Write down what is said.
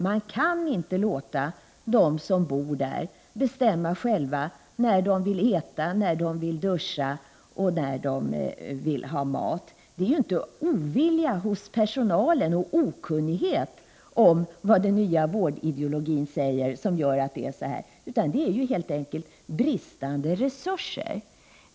Man kan inte låta de som bor där bestämma själva när de vill äta eller när de vill duscha. Det är ju inte ovilja eller okunnighet hos personalen om vad den nya vårdideologin innebär som orsakar detta, utan det är helt enkelt bristande resurser.